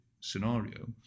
scenario